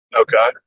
Okay